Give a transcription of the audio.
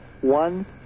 one